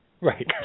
Right